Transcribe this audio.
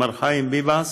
מר חיים ביבס,